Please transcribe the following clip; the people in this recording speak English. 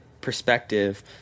perspective